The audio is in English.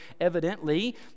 evidently